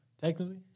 Technically